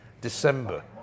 december